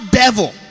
devil